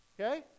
Okay